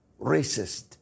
racist